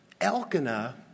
Elkanah